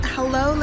Hello